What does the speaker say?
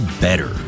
better